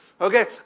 okay